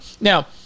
now